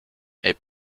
est